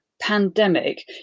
pandemic